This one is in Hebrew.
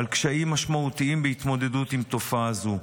על קשיים משמעותיים בהתמודדות עם תופעה זו,